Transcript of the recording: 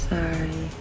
Sorry